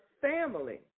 family